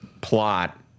plot